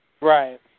Right